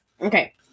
Okay